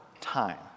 time